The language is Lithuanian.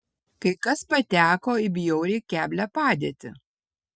kai kas pateko į bjauriai keblią padėtį